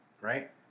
right